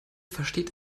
versteht